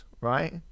right